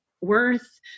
Worth